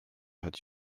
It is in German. hat